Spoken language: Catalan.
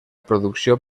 producció